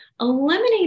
eliminate